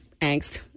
angst